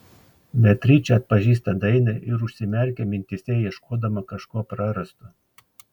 beatričė atpažįsta dainą ir užsimerkia mintyse ieškodama kažko prarasto